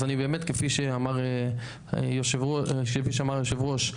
אז כפי שאמר יושב הראש,